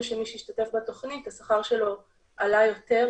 שמי שהשתתף בתוכנית השכר שלו עלה יותר,